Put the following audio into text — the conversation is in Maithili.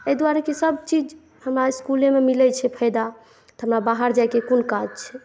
एहि दुआरे की सभ चीज़ हमरा इसकुलेमे मिलै छै फ़ायदा हमरा बाहर जायके क़ोन काज छै